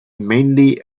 mainly